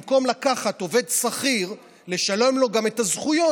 במקום לקחת עובד שכיר ולשלם לו גם את הזכויות,